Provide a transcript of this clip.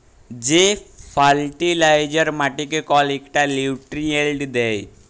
যে ফার্টিলাইজার মাটিকে কল ইকটা লিউট্রিয়েল্ট দ্যায়